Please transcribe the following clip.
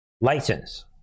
license